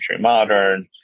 modern